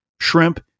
shrimp